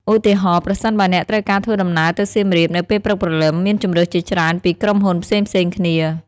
ឧទាហរណ៍ ប្រសិនបើអ្នកត្រូវការធ្វើដំណើរទៅសៀមរាបនៅពេលព្រឹកព្រលឹម មានជម្រើសជាច្រើនពីក្រុមហ៊ុនផ្សេងៗគ្នា។